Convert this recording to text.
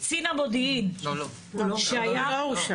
קצין המודיעין שהיה --- הוא לא הורשע.